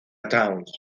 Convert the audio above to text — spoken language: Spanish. downes